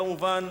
כמובן,